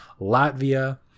latvia